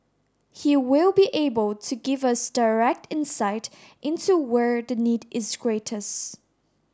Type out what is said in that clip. he will be able to give us direct insight into where the need is greatest